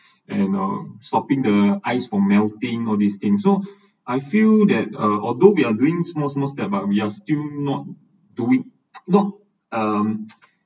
and uh stopping the ice from melting all these things so I feel that uh although we are doing small small steps uh we are still not doing not um